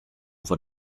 for